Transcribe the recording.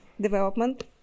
development